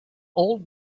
old